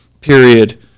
period